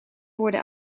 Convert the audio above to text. worden